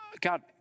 God